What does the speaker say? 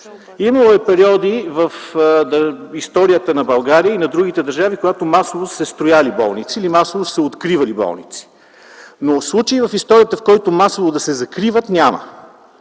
Имало е периоди в историята на България и на другите държави, когато масово са се строяли болници или масово са откривани болници, но случай в историята, в който масово да се закриват, няма.